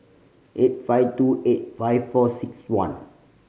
eight five two eight five four six one